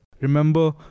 Remember